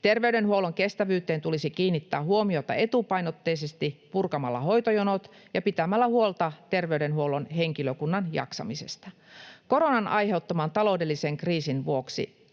Terveydenhuollon kestävyyteen tulisi kiinnittää huomiota etupainotteisesti purkamalla hoitojonot ja pitämällä huolta terveydenhuollon henkilökunnan jaksamisesta. Koronan aiheuttaman taloudellisen kriisin vuoksi